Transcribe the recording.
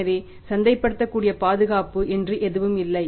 எனவே சந்தைப்படுத்தக்கூடிய பாதுகாப்பு என்று எதுவும் இல்லை